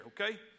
okay